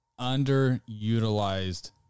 underutilized